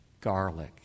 garlic